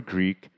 Greek